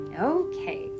Okay